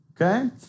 Okay